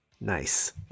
Nice